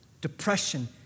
depression